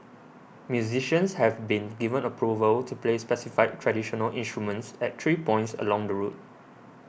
musicians have been given approval to play specified traditional instruments at three points along the route